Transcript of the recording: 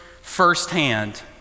firsthand